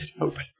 Open